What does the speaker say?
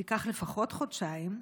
תהיה לפחות חודשיים,